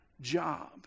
job